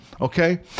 Okay